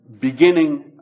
beginning